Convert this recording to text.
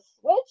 Switch